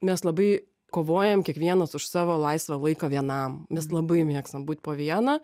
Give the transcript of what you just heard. mes labai kovojam kiekvienas už savo laisvą laiką vienam mes labai mėgstam būt po vieną